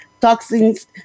toxins